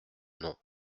non